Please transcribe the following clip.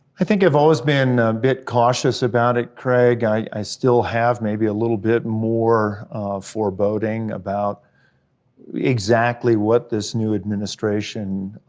i think, i've always been a bit cautious about it, craig, i still have maybe a little bit more foreboding about exactly what this new administration,